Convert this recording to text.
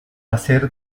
hacer